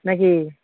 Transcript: নে কি